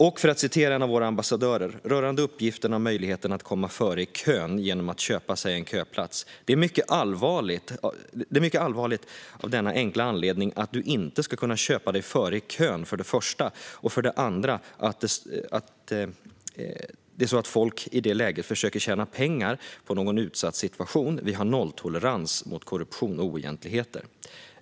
En av våra ambassadörer har sagt följande rörande uppgifterna om möjligheter att komma före i kön genom att köpa sig till en köplats: "Det är mycket allvarligt av den enkla anledningen att du inte ska kunna köpa dig före i kön för det första, och för det andra är det så att folk i det läget försöker tjäna pengar på någon i en utsatt situation. Vi har nolltolerans mot korruption och oegentligheter."